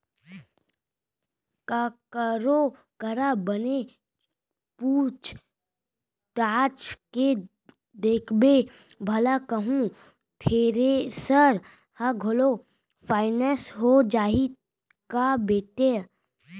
ककरो करा बने पूछ ताछ के देखबे भला कहूँ थेरेसर ह घलौ फाइनेंस हो जाही का बेटा?